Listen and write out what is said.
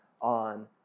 on